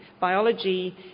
biology